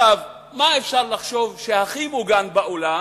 מה אפשר לחשוב שהכי מוגן בעולם?